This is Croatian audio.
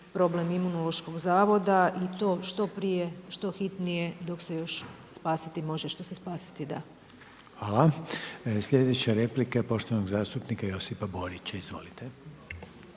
problem Imunološkog zavoda i to što prije, što hitnije dok se još spasiti može što se spasiti da. **Reiner, Željko (HDZ)** Hvala lijepo. Sljedeća replika je poštovanog zastupnika Josipa Borića. Izvolite.